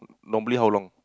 normally how long